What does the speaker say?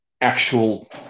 actual